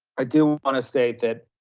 i do want to state that,